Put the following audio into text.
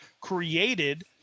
created